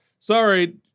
Sorry